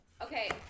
Okay